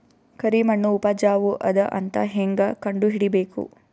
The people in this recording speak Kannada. ಕರಿಮಣ್ಣು ಉಪಜಾವು ಅದ ಅಂತ ಹೇಂಗ ಕಂಡುಹಿಡಿಬೇಕು?